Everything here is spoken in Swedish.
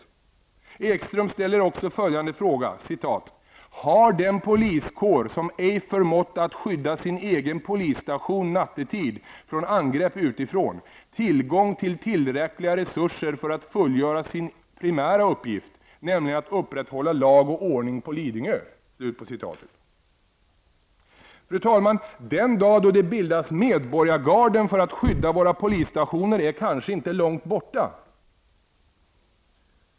Allan Ekström ställer följande fråga: ''Har den poliskår, som ej förmått att skydda sin egen polisstation nattetid från angrepp utifrån, tillgång till tillräckliga resurser för att fullgöra sin primära uppgift, nämligen att upprätthålla lag och ordning på Fru talman! Den dag det bildas medborgargarden för att skydda våra polisstationer är kanske inte långt borta.